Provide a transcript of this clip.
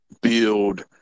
build